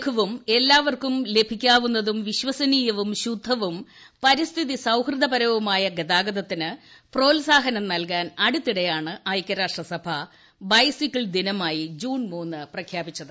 ലഘുവും എല്ലാവർക്കും ലഭിക്കാവുന്നതും വിശ്വസനീയവും ശുദ്ധവും പരിസ്ഥിതി സൌഹൃദ്യൂര്യും ആയ ഗതാഗതത്തിന് പ്രോത്സാഹനം നൽകാൻ അടുത്തിടെയ്ാണ് ഐക്യരാഷ്ട്രസഭ ബൈസിക്കിൾ ദിനമായി ജൂൺ ദ പ്രഖ്യാപിച്ചത്